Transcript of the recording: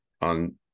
on